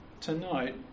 tonight